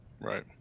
Right